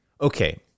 Okay